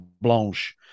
blanche